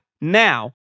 now